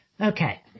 okay